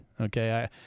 okay